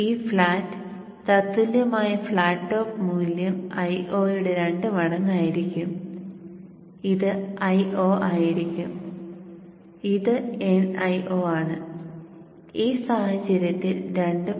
ഈ ഫ്ലാറ്റ് തത്തുല്യമായ flat top മൂല്യം Io യുടെ രണ്ട് മടങ്ങ് ആയിരിക്കും ഇത് Io ആയിരിക്കും ഇത് nIo ആണ് ഈ സാഹചര്യത്തിൽ 2 ഉം